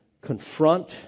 confront